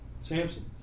Samson